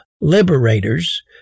liberators